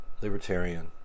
Libertarian